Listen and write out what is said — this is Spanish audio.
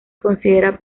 considera